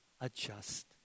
adjust